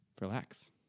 relax